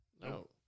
No